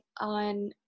on